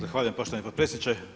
Zahvaljujem poštovani potpredsjedniče.